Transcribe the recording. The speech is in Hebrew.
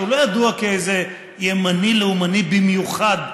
שהוא לא ידוע כאיזה ימני לאומני במיוחד,